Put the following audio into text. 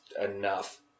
enough